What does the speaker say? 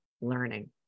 learning